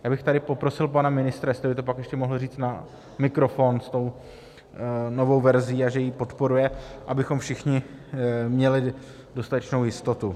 Já bych tady poprosil pana ministra, jestli by to pak ještě mohl říct na mikrofon s tou novou verzí, a že ji podporuje, abychom všichni měli dostatečnou jistotu.